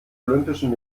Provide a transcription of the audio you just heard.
olympischen